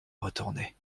retourner